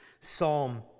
psalm